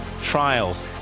trials